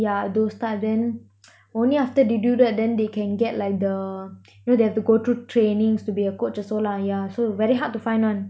yeah those type then only after they do that then they can get like the you know they have to go through trainings to be a coach also lah yeah so very hard to find [one]